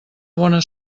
bona